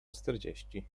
czterdzieści